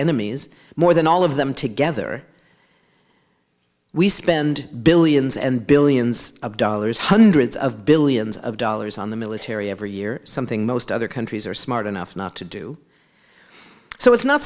enemies more than all of them together we spend billions and billions of dollars hundreds of billions of dollars on the military every year something most other countries are smart enough not to do so it's not